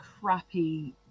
crappy